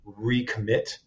recommit